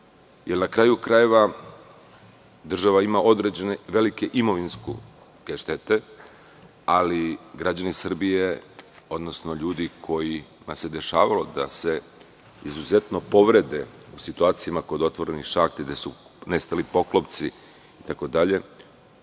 jer, na kraju krajeva, država ima velike imovinske štete, ali građanima Srbije, odnosno ljudima kojima se dešavalo da se izuzetno povrede u situacijama kod otvorenih šahti gde su nestali poklopci itd,